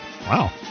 Wow